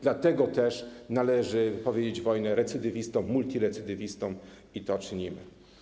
Dlatego też należy wypowiedzieć wojnę recydywistom, multirecydywistom i to czynimy.